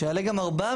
שיעלה גם 400,